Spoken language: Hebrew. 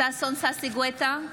ששון ששי גואטה,